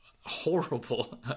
horrible